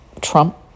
Trump